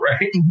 Right